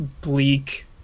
bleak